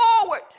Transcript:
forward